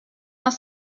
ans